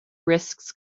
risks